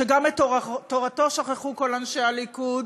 שגם את תורתו שכחו כל אנשי הליכוד: